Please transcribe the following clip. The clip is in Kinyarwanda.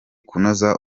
kunoza